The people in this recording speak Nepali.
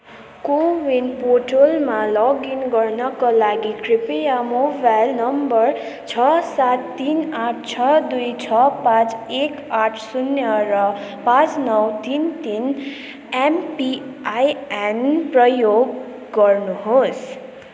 को वीन पोर्टलमा लगइन गर्नाका लागि कृपया मोबाइल नम्बर छ सात तिन आठ छ दुई छ पाँच एक आठ शून्य र पाँच नौ तिन तिन एमपिआइएन प्रयोग गर्नुहोस्